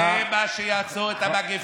זה מה שיעצור את המגפה.